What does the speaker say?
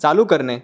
चालू करणे